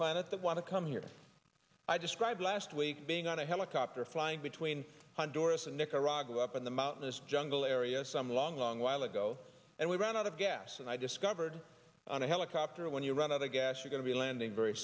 planet that want to come here i described last week being on a helicopter flying between honduras and nicaragua up in the mountainous jungle area some long long while ago and we ran out of gas and i discovered on a helicopter when you run other gas we're going to be landing very